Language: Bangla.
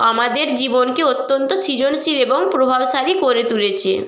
আমাদের জীবনকে অত্যন্ত সৃজনশীল এবং প্রভাবশালী করে তুলেছে